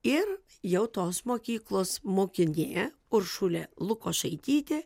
ir jau tos mokyklos mokinė uršulė lukošaitytė